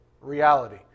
reality